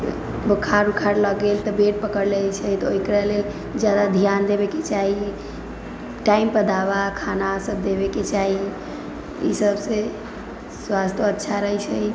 बोखार उखाड़ लागि गेल तऽ बेड पकड़ि लैत छै तऽ ओकरालेल जादा ध्यान देबयके चाही टाइमपर दवा खानासभ देबयके चाही ईसभसँ स्वास्थ्यो अच्छा रहैत छै